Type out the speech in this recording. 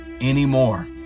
anymore